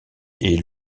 est